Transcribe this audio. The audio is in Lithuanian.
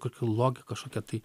kokia logika kažkokia tai